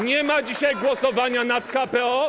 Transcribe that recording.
Nie ma dzisiaj głosowania nad KPO.